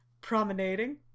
Promenading